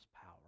power